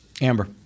Amber